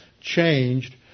changed